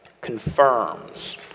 confirms